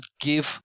give